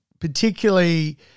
particularly